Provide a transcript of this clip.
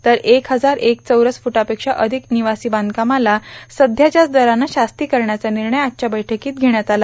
तर एक हजार एक चौरस फुटापेक्षा अधिक निवासी बांधकामाला सध्याच्याच दरानं शास्ती करण्याचा निर्णय आजच्या बैठकीत घेण्यात आला